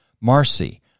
Marcy